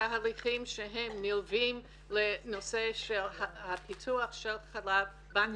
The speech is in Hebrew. תהליכים שהם נלווים לנושא הפיתוח של בנק החלב.